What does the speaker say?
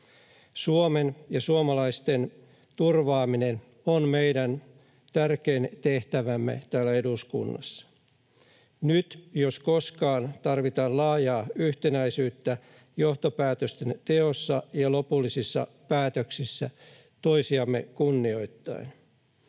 Suomen ja suomalaisten turvaaminen on meidän tärkein tehtävämme täällä eduskunnassa. Nyt jos koskaan tarvitaan laajaa yhtenäisyyttä johtopäätösten teossa ja lopullisissa päätöksissä toisiamme kunnioittaen.